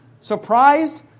Surprised